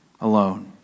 alone